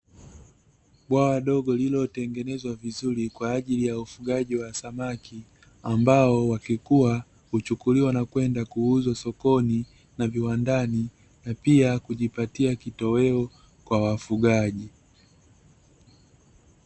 Bwawa dogo lililotengenezwa vizuri kwa ajili ya ufugaji wa samaki, ambao wakikuwa huchukuliwa na kwenda kuuzwa sokoni na viwandani; na pia kujipatia kitoweo kwa wafugaji.